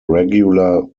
regular